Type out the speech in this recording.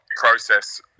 Process